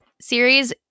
series